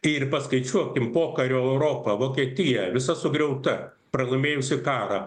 ir paskaičiuokim pokario europa vokietija visa sugriauta pralaimėjusi karą